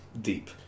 deep